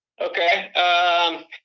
Okay